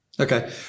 Okay